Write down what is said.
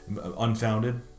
unfounded